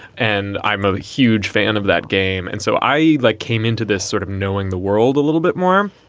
and i'm a huge fan of that game. and so i like came into this sort of knowing the world a little bit more.